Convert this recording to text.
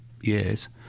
years